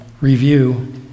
review